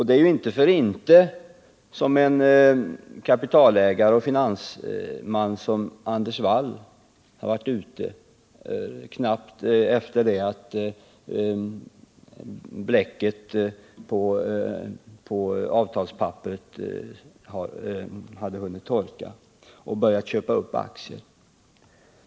Det är ju inte för intet som en kapitalägare och finansman som Anders Wall varit ute, innan bläcket hunnit torka på avtalspapperet, och börjat köpa upp aktier.